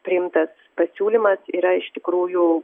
priimtas pasiūlymas yra iš tikrųjų